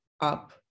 up